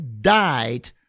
died